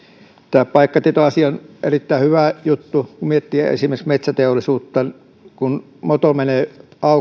tämä paikkatietoasia on erittäin hyvä juttu kun miettii esimerkiksi metsäteollisuutta kun moto menee